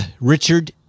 Richard